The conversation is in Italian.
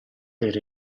per